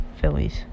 Phillies